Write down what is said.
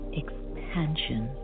expansion